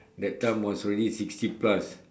that time was already sixty plus